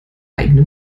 eigene